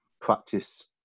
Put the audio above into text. practice